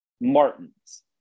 Martins